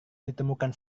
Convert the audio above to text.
ditemukan